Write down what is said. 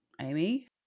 Amy